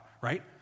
right